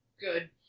Good